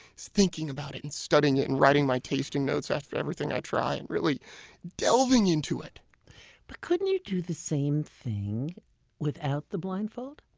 thinking about it, and studying it, and writing my tasting notes after everything i try, and really delving into it but couldn't you do the same thing without the blindfold?